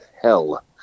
hell